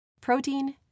Protein